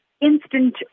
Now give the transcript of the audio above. instant